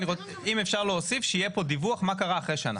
אם אפשר להוסיף שיהיה פה דיווח מה קרה אחרי שנה.